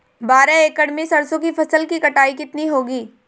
बारह एकड़ में सरसों की फसल की कटाई कितनी होगी?